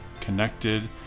connected